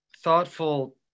thoughtful